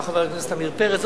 כמו שאמר חבר הכנסת עמיר פרץ,